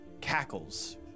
cackles